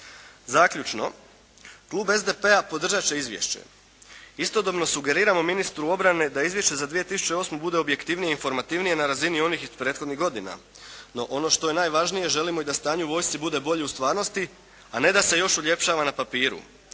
Zaključno, klub SDP-a podržat će izvješće. Istodobno sugeriramo ministru obrane da izvješće za 2008. bude objektivnije i informativnije na razini onih iz prethodnih godina. No, ono što je najvažnije želimo i da stanje u vojsci bude bolje u stvarnosti, a ne da se još uljepšava na papiru.